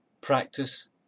practice